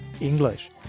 English